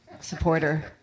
supporter